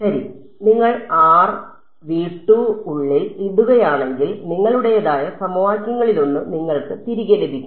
ശരി നിങ്ങൾ r ഉള്ളിൽ ഇടുകയാണെങ്കിൽ നിങ്ങളുടേതായ സമവാക്യങ്ങളിലൊന്ന് നിങ്ങൾക്ക് തിരികെ ലഭിക്കും